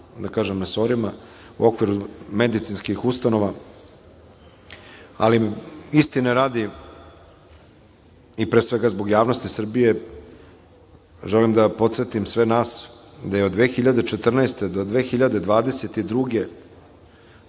resorima u okviru medicinskih ustanova, ali, istine radi, i pre svega zbog javnosti Srbije, želim da podsetim sve nas da je od 2014. do 2022.